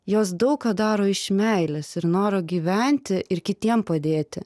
jos daug ką daro iš meilės ir noro gyventi ir kitiem padėti